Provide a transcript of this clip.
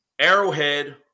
Arrowhead